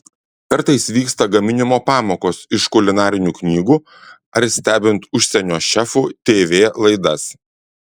kartais vyksta gaminimo pamokos iš kulinarinių knygų ar stebint užsienio šefų tv laidas